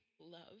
love